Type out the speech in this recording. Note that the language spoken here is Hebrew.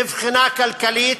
מבחינה כלכלית,